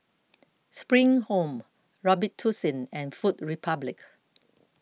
Spring Home Robitussin and Food Republic